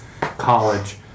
college